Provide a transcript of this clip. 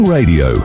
Radio